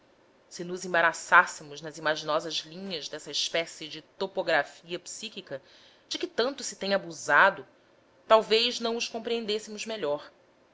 nos embaraçássemos nas imaginosas linhas dessa espécie de topografia psíquica de que tanto se tem abusado talvez não os compreendêssemos melhor